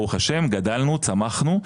ברוך השם גדלנו צמחנו,